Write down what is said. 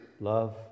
love